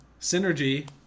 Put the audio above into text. synergy